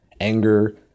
anger